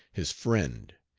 his friend.